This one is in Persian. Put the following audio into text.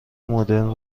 مدرن